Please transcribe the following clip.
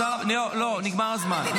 נגמר הזמן.